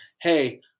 Hey